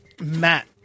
Matt